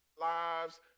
lives